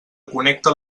connecta